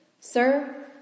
Sir